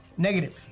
Negative